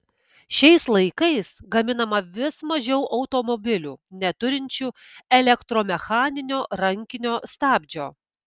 šiais laikais gaminama vis mažiau automobilių neturinčių elektromechaninio rankinio stabdžio